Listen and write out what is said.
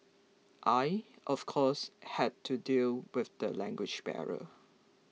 I of course had to deal with the language barrier